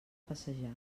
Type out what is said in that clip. passejar